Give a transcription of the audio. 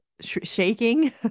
shaking